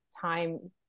time